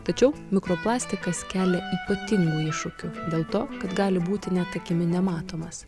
tačiau mikroplastikas kelia ypatingų iššūkių dėl to kad gali būti net akimi nematomas